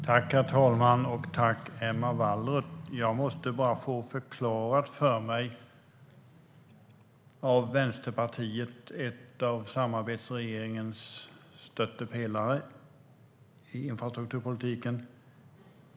Herr talman! Tack, Emma Wallrup! Jag måste bara få något förklarat för mig av Vänsterpartiet, en av samarbetsregeringens stöttepelare i infrastrukturpolitiken.